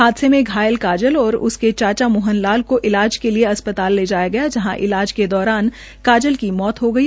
हादसे में घायल काजल व उसके चाचा मोहन लाल को इलाज के लिए अस् ताल में ले जाया गया जहां इलाज के दौरान काजल की मौत हो गयी